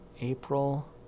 April